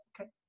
Okay